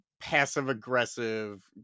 passive-aggressive